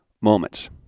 moments